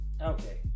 Okay